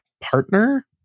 partner